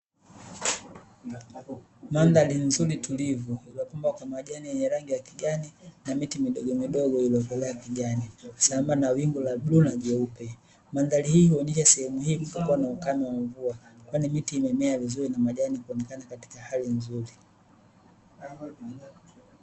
Mandhari nzuri tulivu iliyopambwa kwa majani yenye rangi ya kijani na miti midogomidogo iliyokolea kijani sambamba na wingu la bluu na jeupe. Mandhari hii huonyesha sehemu hii kutokuwa na ukame wa mvua, kwani miti imemea vizuri na majani kuonekana katika hali nzuri.